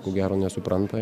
ko gero nesupranta